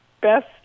best